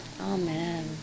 Amen